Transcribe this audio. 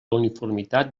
uniformitat